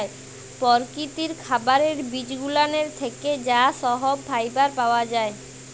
পরকিতির খাবারের বিজগুলানের থ্যাকে যা সহব ফাইবার পাওয়া জায়